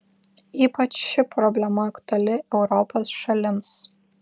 ypač ši problema aktuali europos šalims